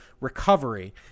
recovery